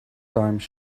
dimes